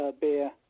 Beer